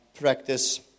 practice